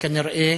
כנראה.